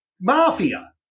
mafia